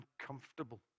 uncomfortable